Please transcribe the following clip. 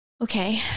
Okay